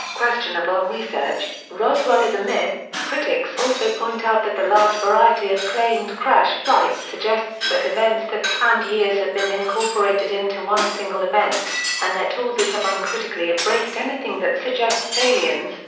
questionable research, research, roswell as a myth critics also point out that the large variety of claimed crash flights suggests that events that spanned years have been incorporated into one single event, and that authors have uncritically embraced anything that suggests aliens,